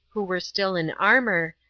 who were still in armor,